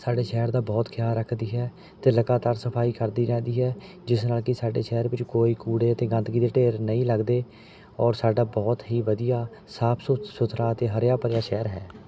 ਸਾਡੇ ਸ਼ਹਿਰ ਦਾ ਬਹੁਤ ਖਿਆਲ ਰੱਖਦੀ ਹੈ ਅਤੇ ਲਗਾਤਾਰ ਸਫ਼ਾਈ ਕਰਦੀ ਰਹਿੰਦੀ ਹੈ ਜਿਸ ਨਾਲ ਕਿ ਸਾਡੇ ਸ਼ਹਿਰ ਵਿੱਚ ਕੋਈ ਕੂੜੇ ਅਤੇ ਗੰਦਗੀ ਦੇ ਢੇਰ ਨਹੀਂ ਲੱਗਦੇ ਔਰ ਸਾਡਾ ਬਹੁਤ ਹੀ ਵਧੀਆ ਸਾਫ਼ ਸੁ ਸੁਥਰਾ ਅਤੇ ਹਰਿਆ ਭਰਿਆ ਸ਼ਹਿਰ ਹੈ